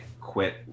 quit